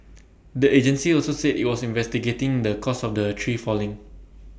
the agency also said IT was investigating the cause of the tree falling